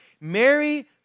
Mary